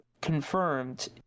confirmed